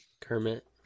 Kermit